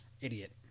Idiot